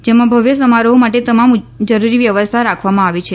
જેમાં ભવ્ય સમારોહ માટે તમામ જરૂરી વ્યવસ્થા રાખવામાં આવી છે